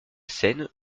scène